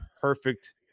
perfect